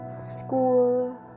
school